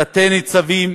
תת-ניצבים,